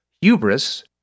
hubris